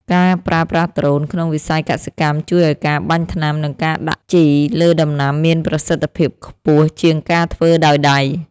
ការប្រើប្រាស់ដ្រូនក្នុងវិស័យកសិកម្មជួយឱ្យការបាញ់ថ្នាំ និងការដាក់ជីលើដំណាំមានប្រសិទ្ធភាពខ្ពស់ជាងការធ្វើដោយដៃ។